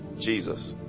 Jesus